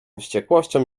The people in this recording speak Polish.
wściekłością